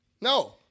No